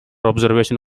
observation